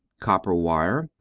copper wire,